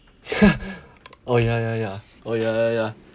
oh ya ya ya oh ya ya ya